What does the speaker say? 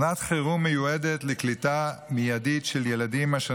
אומנת חירום מיועדת לקליטה מיידית של ילדים אשר